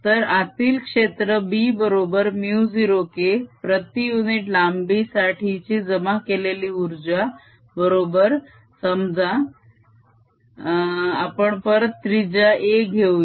तर आतील क्षेत्र B बरोबर μ0K प्रती युनिट लांबी साठीची जमा केलेली उर्जा बरोबर समजा आपण परत त्रिजा a घेऊया